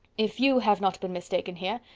if you have not been mistaken here,